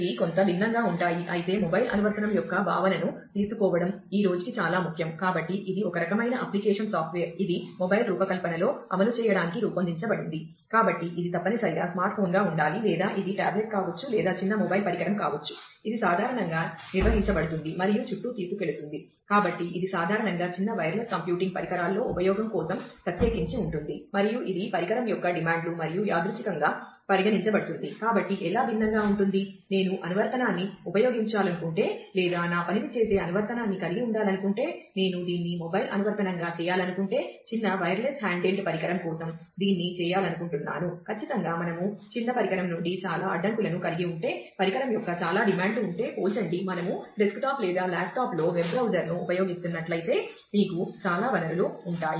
ఇవి కొంత భిన్నంగా ఉంటాయి అయితే మొబైల్ను ఉపయోగిస్తున్నట్లయితే మీకు చాలా వనరులు ఉంటాయి